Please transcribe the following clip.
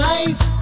Life